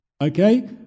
Okay